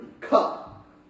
cup